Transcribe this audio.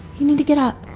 you need to get up.